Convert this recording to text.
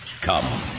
Come